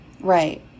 right